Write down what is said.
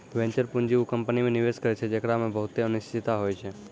venture पूंजी उ company मे निवेश करै छै जेकरा मे बहुते अनिश्चिता होय छै